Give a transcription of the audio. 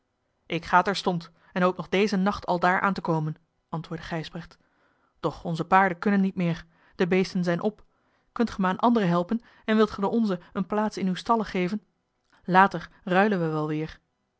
ik ga terstond en hoop nog dezen nacht aldaar aan te komen antwoordde gijsbrecht doch onze paarden kunnen niet meer de beesten zijn op kunt ge mij aan andere helpen en wilt ge de onze eene plaats in uwe stallen geven later ruilen we wel weer